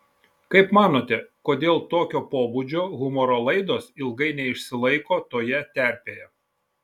kaip manote kodėl tokio pobūdžio humoro laidos ilgai neišsilaiko toje terpėje